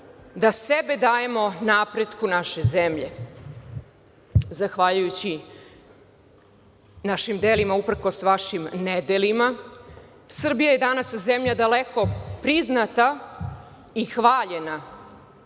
da sebe dajemo napretku naše zemlje. Zahvaljujući našim delima, uprkos vašim nedelima, Srbija je danas zemlja daleko priznata i hvaljena,